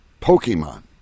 Pokemon